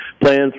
plans